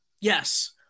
yes